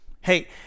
Hey